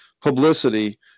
publicity